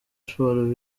sports